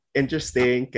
interesting